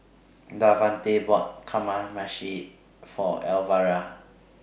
Davante bought Kamameshi For Elvera